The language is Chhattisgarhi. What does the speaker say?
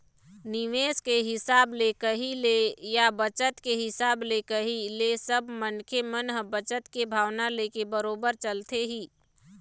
निवेश के हिसाब ले कही ले या बचत के हिसाब ले कही ले सबे मनखे मन ह बचत के भावना लेके बरोबर चलथे ही